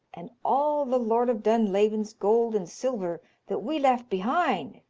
and all the lord of dunlavin's gold and silver that we left behind,